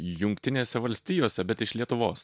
jungtinėse valstijose bet iš lietuvos